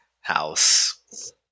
house